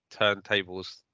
turntables